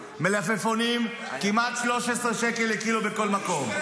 מלפפונים, כמעט 13 שקל לקילו, בכל מקום,